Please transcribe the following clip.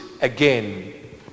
again